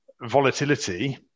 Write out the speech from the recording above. volatility